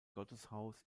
gotteshaus